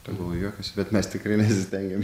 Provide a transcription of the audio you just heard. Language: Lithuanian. tegul juokiasi bet mes tikrai nesistengiam